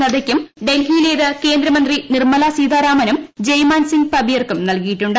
നദ്ദക്കും ഡൽഹിയിലേക്ക് കേന്ദ്രമന്ത്രി നിർമലാ സീതാരാമനും ജയ്മാൻ സിങ് പബിയർക്കും നൽകിയിട്ടുണ്ട്